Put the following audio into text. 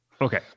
Okay